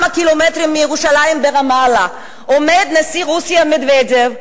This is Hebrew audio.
אנחנו רגילים לצ'צ'ניה, נא לא להפריע.